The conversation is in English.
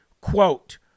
Quote